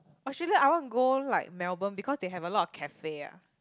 Australia I want to go like Melbourne because they have a lot of cafe ah